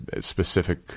specific